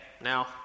now